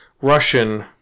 Russian